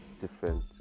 different